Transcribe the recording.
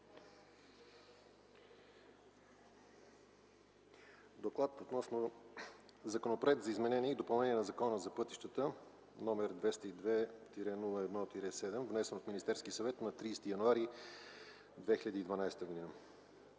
първо четене Законопроект за изменение и допълнение на Закона за пътищата, № 202-01-7, внесен от Министерски съвет на 30 януари 2012 г.